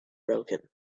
broken